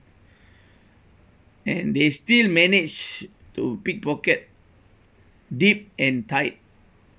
and they still manage to pickpocket deep and tight